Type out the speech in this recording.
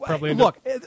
Look